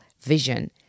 vision